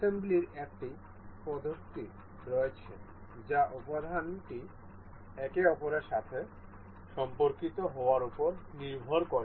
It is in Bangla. অ্যাসেম্বলির একাধিক পদ্ধতি রয়েছে যা উপাদানটি একে অপরের সাথে সম্পর্কিত হওয়ার উপর নির্ভর করে